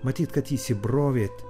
matyt kad įsibrovėt